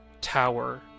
tower